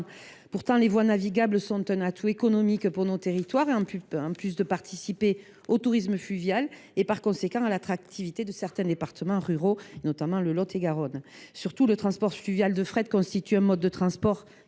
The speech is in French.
Pourtant, les voies navigables sont un atout économique pour nos territoires, en plus de participer au tourisme fluvial et par conséquent à l’attractivité de certains départements ruraux, notamment le Lot et Garonne. Surtout, le transport fluvial de fret consomme quatre fois